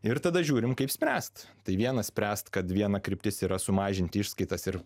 ir tada žiūrim kaip spręst tai viena spręsi kad viena kryptis yra sumažinti išskaitas ir